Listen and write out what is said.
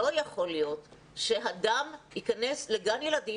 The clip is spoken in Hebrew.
לא יכול להיות שאדם יכנס לגן ילדים,